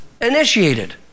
initiated